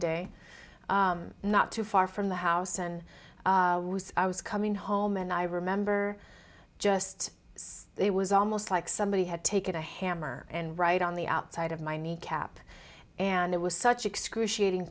day not too far from the house and i was coming home and i remember just it was almost like somebody had taken a hammer and right on the outside of my kneecap and it was such excruciating